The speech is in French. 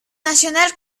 national